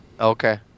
Okay